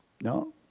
No